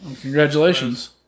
Congratulations